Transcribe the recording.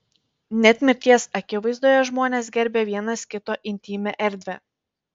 net mirties akivaizdoje žmonės gerbia vienas kito intymią erdvę